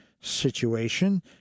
situation